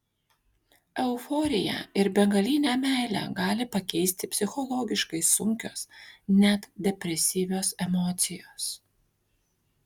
euforiją ir begalinę meilę gali pakeisti psichologiškai sunkios net depresyvios emocijos